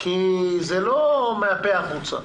כי זה לא מהפה החוצה,